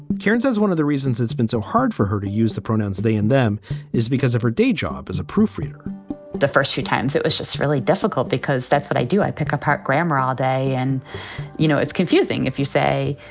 kirin's is one of the reasons it's been so hard for her to use the pronouns. they in them is because of her day job as a proofreader the first few times it was just really difficult because that's what i do. i pick up her grammar all ah day and you know, it's confusing if you say